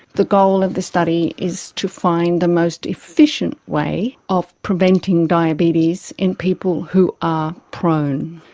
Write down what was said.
the goal of the study is to find the most efficient way of preventing diabetes in people who are prone.